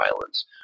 violence